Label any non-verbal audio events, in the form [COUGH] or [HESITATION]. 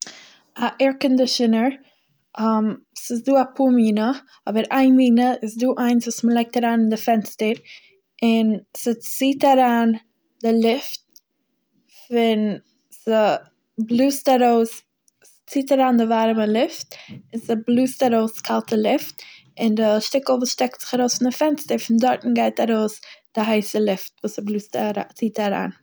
א עיר קאנדישענער [HESITATION] ס'איז דא אפאר מינע אבער איין מינע איז דא איינס וואס מ'לייגט אריין אין די פענסטער און ס'ציט אריין די לופט פון ס'בלאזט ארויס- ציט אריין די ווארימע לופט און ס'בלאזט ארויס קאלטע לופט און די שטיקל וואס שטעקט זיך ארויס פון די פענסטער פון דארטן גייט ארויס די הייסע לופט וואס ס'בלא- וואס סציט אריין.